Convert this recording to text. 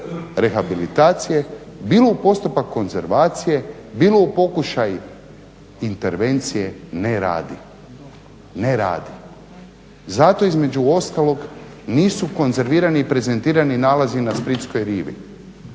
rehabilitacije, bilo u postupak konzervacije, bilo u pokušaj intervencije ne radi, ne radi. Zato između ostalog nisu konzervirani i prezentirani nalazi na splitskoj rivi